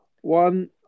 One